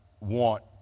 want